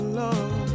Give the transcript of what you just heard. love